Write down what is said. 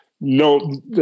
no